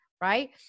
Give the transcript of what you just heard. right